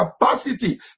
capacity